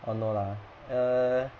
oh no lah err